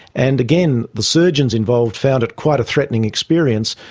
and again, the surgeons involved found it quite a threatening experience,